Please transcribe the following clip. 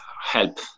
help